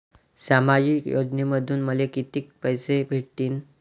सामाजिक योजनेमंधून मले कितीक पैसे भेटतीनं?